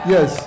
Yes